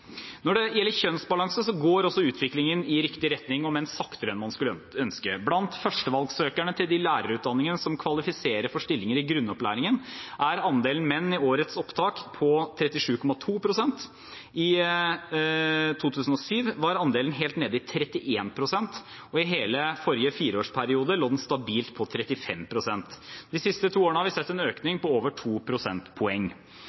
Når det gjelder kjønnsbalanse, går også utviklingen i riktig retning, om enn saktere enn man skulle ønske. Blant førstevalgssøkerne til de lærerutdanningene som kvalifiserer for stillinger i grunnopplæringen, er andelen menn i årets opptak på 37,2 pst. I 2007 var andelen helt nede i 31 pst., og i hele forrige fireårsperiode lå den stabilt på 35 pst. De siste to årene har vi sett en økning på over